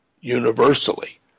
universally